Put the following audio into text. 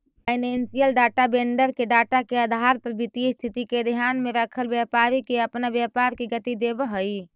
financial data vendor के data के आधार पर वित्तीय स्थिति के ध्यान में रखल व्यापारी के अपना व्यापार के गति देवऽ हई